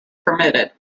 permitted